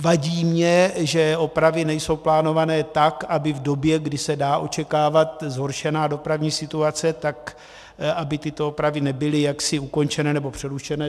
Vadí mi, že opravy nejsou plánované tak, aby v době, kdy se dá očekávat zhoršená dopravní situace, tak aby tyto opravy nebyly jaksi ukončené, nebo přerušené.